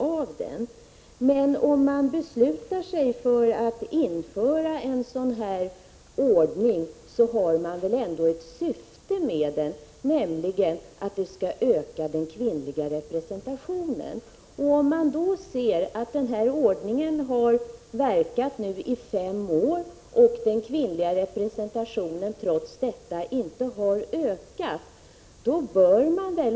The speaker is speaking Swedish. Men ett beslut om att införa en sådan här ordning har väl ändå till syfte att öka den kvinnliga representationen. Nu har den här ordningen funnits i fem år, men den kvinnliga representationen har trots det inte ökat.